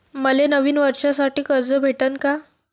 मले नवीन वर्षासाठी कर्ज भेटन का?